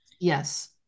Yes